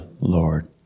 Lord